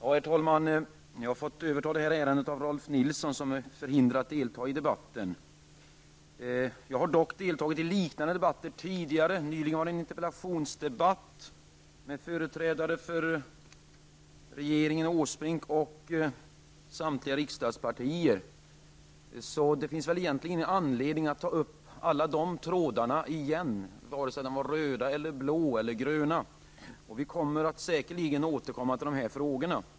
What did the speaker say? Herr talman! Jag har fått överta detta ärende av Rolf L Nilson, som är förhindrad att delta i debatten. Jag har dock tidigare deltagit i liknande debatter. Nyligen var det en interpellationsdebatt med företrädare för regeringen -- Erik Åsbrink -- och samtliga riksdagspartier. Det finns då kanske ingen anledning att ta upp alla dessa trådar igen -- oavsett om de var röda, blåa eller gröna. Vi kommer säkerligen att återkomma till dessa frågor.